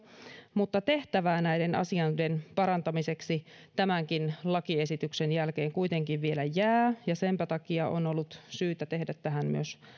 mutta tehtävää näiden asioiden parantamiseksi tämänkin lakiesityksen jälkeen kuitenkin vielä jää ja senpä takia on ollut syytä tehdä tähän myös